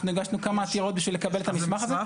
אנחנו הגשנו כמה עתירות בשביל לקבל את המסמך הזה.